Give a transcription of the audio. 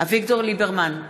אביגדור ליברמן,